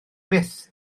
byth